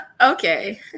Okay